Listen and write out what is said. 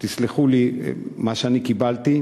תסלחו לי, מה שאני קיבלתי.